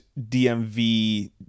DMV